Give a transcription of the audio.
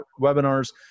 webinars